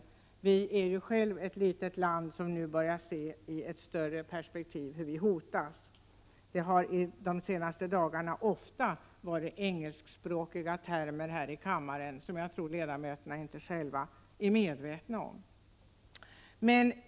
Sverige är ett litet land, och vi börjar nu se i ett större perspektiv hur vi själva hotas. Under de senaste dagarna har det ofta förekommit engelskspråkiga termer här i kammaren, som jag tror att ledamöterna inte själva är medvetna om.